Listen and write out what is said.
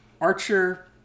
Archer